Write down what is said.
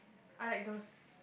I like those